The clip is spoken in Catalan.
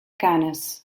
canes